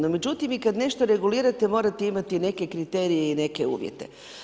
No međutim i kad nešto regulirate morate imati neke kriterije i neke uvjete.